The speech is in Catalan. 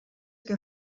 què